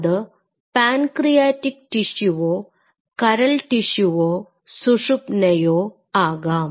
അത് പാൻക്രിയാറ്റിക്ക് ടിഷ്യുവോ കരൾടിഷ്യുവോ സുഷുമ്ന യോ ആകാം